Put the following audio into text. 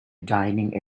dining